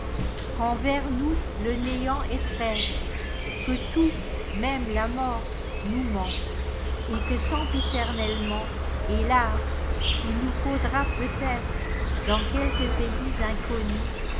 qu'envers nous le néant est traître que tout même la mort nous ment et que sempiternellement hélas i il nous faudra peut-être dans quelque pays inconnuécorcher